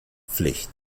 pflicht